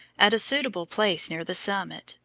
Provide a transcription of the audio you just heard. at a suitable place near the summit,